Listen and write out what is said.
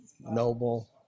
noble